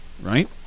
right